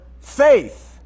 faith